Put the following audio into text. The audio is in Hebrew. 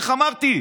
איך אמרתי?